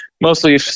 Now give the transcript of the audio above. mostly